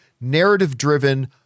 narrative-driven